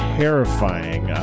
terrifying